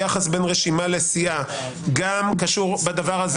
יחס בין רשימה לסיעה גם קשור בדבר הזה